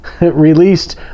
Released